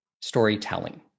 storytelling